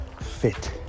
fit